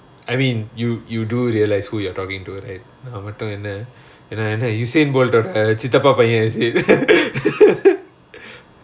I mean you you do realise who you're talking to right இபோ மட்டும் என்ன என்ன என்ன:ippo mattum enna enna enna usain bolt டோட சித்தப்பா பைய சரி:toda sithappa paiya sari